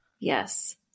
Yes